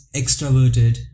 extroverted